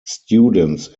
students